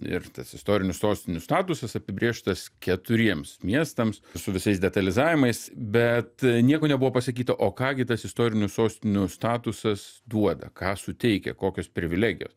ir tas istorinių sostinių statusas apibrėžtas keturiems miestams su visais detalizavimais bet nieko nebuvo pasakyta o ką gi tas istorinių sostinių statusas duoda ką suteikia kokios privilegijo